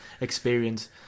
experience